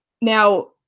Now